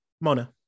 Mona